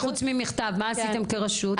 חוץ ממכתב, מה עשיתם כרשות?